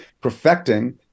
perfecting